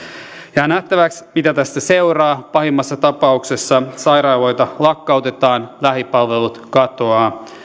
jää nähtäväksi mitä tästä seuraa pahimmassa tapauksessa sairaaloita lakkautetaan lähipalvelut katoavat